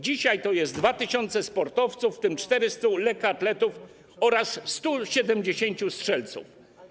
Dzisiaj to jest 2 tys. sportowców, w tym 400 lekkoatletów oraz 170 strzelców.